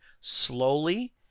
slowly